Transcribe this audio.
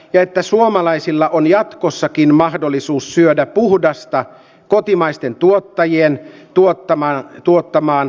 merja mäkisalo ropponen on jatkossakin mahdollisuus syödä puhdasta kotimaisten tuottajien tuottamaan tuottamaan